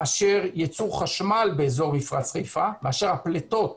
מאשר ייצור חשמל באזור מפרץ חיפה, מאשר הפליטות